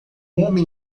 homem